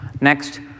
Next